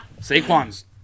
Saquon's